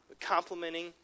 complimenting